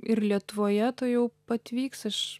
ir lietuvoje tuojau pat vyks aš